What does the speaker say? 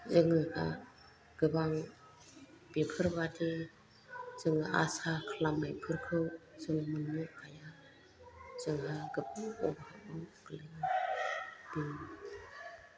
जोङो दा गोबां बेफोरबादि जों आसा खालामनायफोरखौ जों मोननो हाया जोंहा गोबां अभाबाव गोलैनानै दं